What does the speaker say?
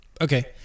Okay